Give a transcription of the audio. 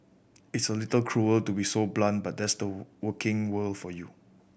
it's a little cruel to be so blunt but that's the working world for you